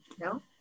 No